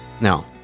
Now